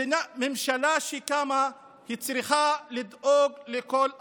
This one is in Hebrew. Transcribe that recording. ממשלה שקמה צריכה לדאוג לכל התושבים.